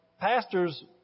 pastors